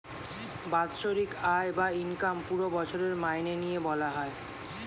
বাৎসরিক আয় বা ইনকাম পুরো বছরের মাইনে নিয়ে বলা হয়